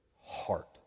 heart